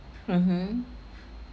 mmhmm